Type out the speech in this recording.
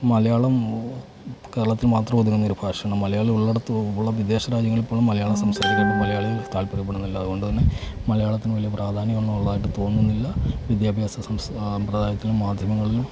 മലയാളം കേരളത്തിൽ മാത്രം ഒതുങ്ങുന്ന ഒരു ഭാഷയാണ് മലയാളി ഉള്ള ഇടത്ത് ഉള്ള വിദേശ രാജ്യങ്ങളിൽ പോലും മലയാളം സംസാരിക്കാനായിട്ട് മലയാളികൾ താല്പര്യപെടുന്നില്ല അതുകൊണ്ട് തന്നെ മലയാളത്തിന് വലിയ പ്രാധാന്യമൊന്നും ഉള്ളതായിട്ട് തോന്നുന്നില്ല വിദ്യാഭ്യാസ സമ്പ്രദായത്തിലും മാധ്യമങ്ങളിലും